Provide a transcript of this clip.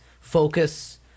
focus